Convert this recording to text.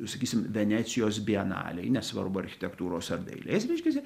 sakysim venecijos bienalėj nesvarbu architektūros ar dailės reiškiasi